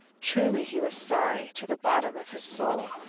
truly he was sorry, to the bottom of his soul,